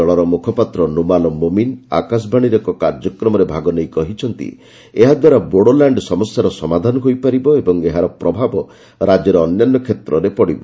ଦଳର ମୁଖପାତ୍ର ନୁମାଲ ମୋମିନ୍ ଆକାଶବାଣୀର ଏକ କାର୍ଯ୍ୟକ୍ରମରେ ଭାଗନେଇ କହିଛନ୍ତି ଏହାଦ୍ୱାରା ବୋଡ଼ୋଲ୍ୟାଣ୍ଡ୍ ସମସ୍ୟାର ସମାଧାନ ହୋଇପାରିବ ଏବଂ ଏହାର ପ୍ରଭାବ ରାଜ୍ୟର ଅନ୍ୟାନ୍ୟ କ୍ଷେତ୍ରରେ ପଡ଼ିବ